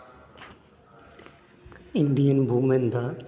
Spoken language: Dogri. इंडियन वुमन दा